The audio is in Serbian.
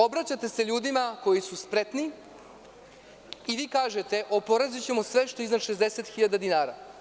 Obraćate se ljudima koji su spretniji i vi kažete, oporezovaćemo sve što je iznad 60.000 dinara.